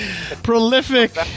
Prolific